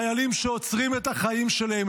חיילים שעוצרים את החיים שלהם,